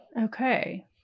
Okay